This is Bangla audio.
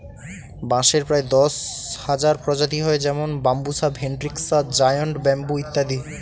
বাঁশের প্রায় দশ হাজার প্রজাতি হয় যেমন বাম্বুসা ভেন্ট্রিকসা জায়ন্ট ব্যাম্বু ইত্যাদি